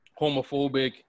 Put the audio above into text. homophobic